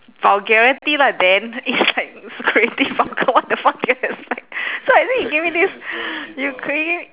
vulgarity lah then it's like creative vulgar what the fuck do you expect so I think you give me this you crea~